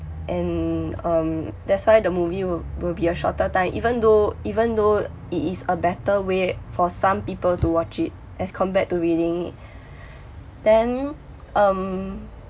and um that's why the movie will will be a shorter time even though even though it is a better way for some people to watch it as compared to reading it then um